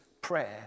Prayer